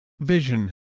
Vision